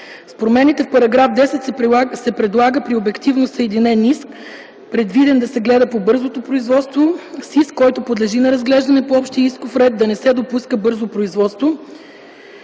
С промените в §10 се предлага при обективно съединен иск, предвиден да се гледа по бързото производство с иск, който подлежи на разглеждане по общия исков процес, да не се допуска бързо производство.